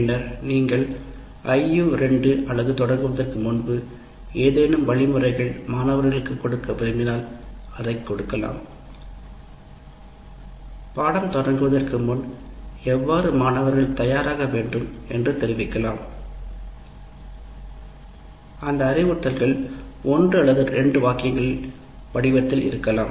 பின்னர் நீங்கள் IU2 அலகுடன் தொடங்குவதற்கு முன்பு ஏதேனும் வழிமுறைகள் மாணவர்களுக்கு கொடுக்க விரும்பினால் அதை கொடுக்கலாம் பாடம் தொடங்குவதற்கு முன் எவ்வாறு மாணவர்கள் தயாராக வேண்டும் என்று தெரிவிக்கலாம் அந்த அறிவுறுத்தல்கள் 1 அல்லது 2 வாக்கியங்களின் வடிவத்தில் இருக்கலாம்